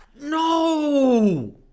No